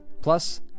Plus